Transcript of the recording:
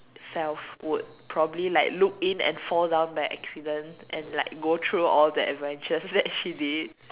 self would probably like look in and fall down by accident and like go through all the adventures that she did